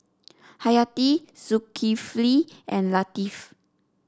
Hayati Zulkifli and Latif